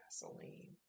gasoline